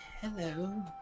Hello